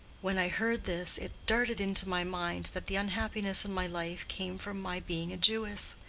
when i heard this it darted into my mind that the unhappiness in my life came from my being a jewess,